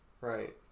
Right